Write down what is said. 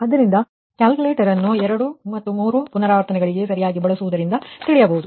ಆದ್ದರಿಂದ ನೀವು ಕ್ಯಾಲ್ಕುಲೇಟರ್ ಅನ್ನು ಇನ್ನು ಎರಡು ಮೂರು ಪುನರಾವರ್ತನೆಗಳ ಮೂಲಕ ನೀವು ಸರಿಯಾಗಿ ತಿಳಿಯಬಹುದು